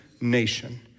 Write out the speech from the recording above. nation